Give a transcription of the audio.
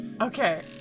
Okay